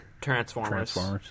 Transformers